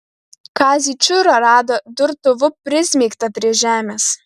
kazį čiūrą rado durtuvu prismeigtą prie žemės